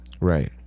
right